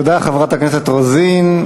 תודה, חברת הכנסת רוזין.